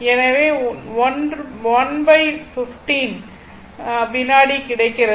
எனவே 115 வினாடி கிடைக்கிறது